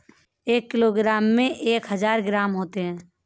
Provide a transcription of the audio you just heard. एक किलोग्राम में एक हजार ग्राम होते हैं